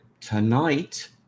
tonight